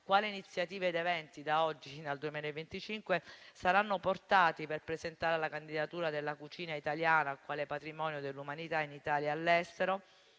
quali iniziative ed eventi saranno portati per presentare la candidatura della cucina italiana quale patrimonio dell'umanità in Italia e all'estero